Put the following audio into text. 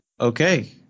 Okay